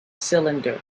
cylinder